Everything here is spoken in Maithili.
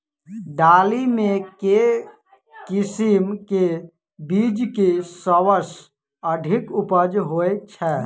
दालि मे केँ किसिम केँ बीज केँ सबसँ अधिक उपज होए छै?